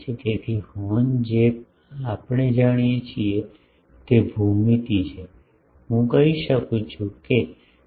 તેથી હોર્ન જે આપણે જાણીએ છીએ તે ભૂમિતિ છે હું કહી શકું છું કે ફાયદો શું છે